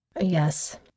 Yes